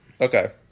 Okay